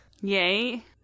Yay